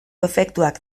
efektuak